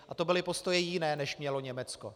A to byly postoje jiné, než mělo Německo.